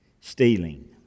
Stealing